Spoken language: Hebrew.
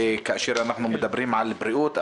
וכאשר אנחנו מדברים על בריאות,